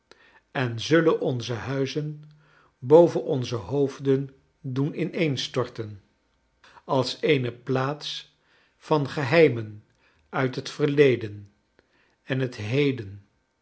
en zullen onze huizen boven onze hoof den doen ineenstorten als eene plaats van geheimen uit het verleden en het heden